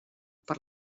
per